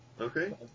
Okay